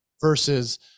versus